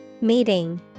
Meeting